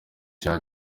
cya